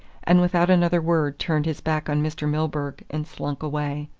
and without another word turned his back on mr. milburgh and slunk away.